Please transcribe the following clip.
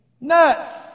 Nuts